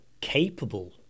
capable